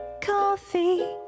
coffee